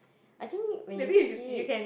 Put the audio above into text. I think when you see it